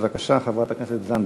בבקשה, חברת הכנסת זנדברג.